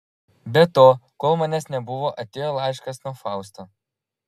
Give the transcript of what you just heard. be to kol manęs nebuvo atėjo laiškas nuo fausto